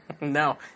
No